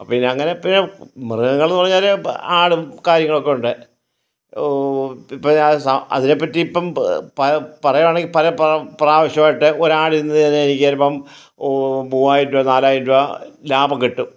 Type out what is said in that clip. പിന്നെ അങ്ങനെ മൃഗങ്ങളെന്ന് പറഞ്ഞാൽ ആടും കാര്യങ്ങളൊക്കെ ഉണ്ട് ഇപ്പോൾ ഞാൻ അതിനെപ്പറ്റി ഇപ്പം പറയുവാണെങ്കിൽ പല പ്രാവശ്യമായിട്ട് ഒരു ആടിൽ നിന്ന് എനിക്ക് ചെലപ്പം മുവായിരം രൂപ നാലായിരം രൂപ ലാഭം കിട്ടും